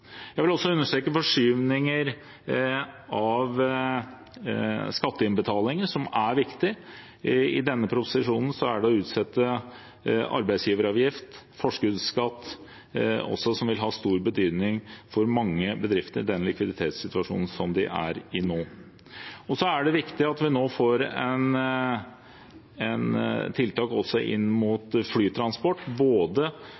Jeg vil også understreke forskyvninger av skatteinnbetalingene, som er viktig. I denne proposisjonen går det på å utsette arbeidsgiveravgift og forskuddsskatt, som vil ha stor betydning for mange bedrifter i den likviditetssituasjonen som de er i nå. Så er det viktig at vi nå får tiltak også inn